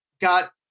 got